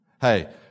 Hey